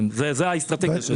זה האסטרטגיה שלהם.